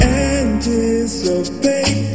anticipate